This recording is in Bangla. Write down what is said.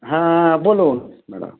হ্যাঁ বলুন ম্যাডাম